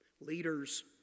Leaders